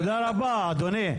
תודה רבה, אדוני.